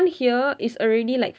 here is already like